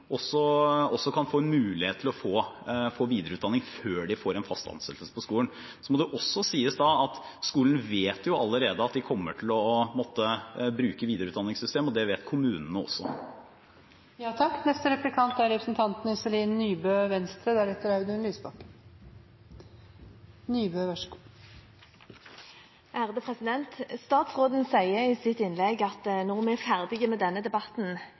også for noen som ikke har fast ansettelse. Det vil være en måte som sikrer at lærere som kommer tilbake til skolen, også kan få en mulighet til videreutdanning før de får fast ansettelse på skolen. Så må det også sies at skolen allerede vet at de kommer til å måtte bruke videreutdanningssystemet, og det vet også kommunene. Statsråden sier i sitt innlegg at når vi er ferdige med denne debatten